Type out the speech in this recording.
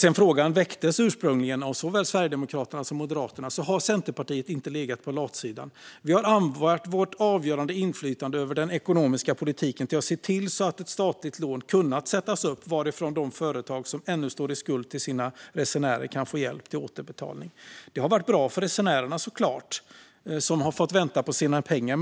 Sedan frågan väcktes ursprungligen av såväl Sverigedemokraterna som Moderaterna har Centerpartiet inte legat på latsidan. Vi har använt vårt avgörande inflytande över den ekonomiska politiken till att se till att ett statligt lån kunnat sättas upp, varifrån de företag som ännu står i skuld till sina resenärer kan få hjälp till återbetalning. Det har varit bra för resenärerna, såklart, som har fått vänta på sina pengar.